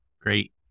great